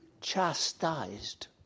chastised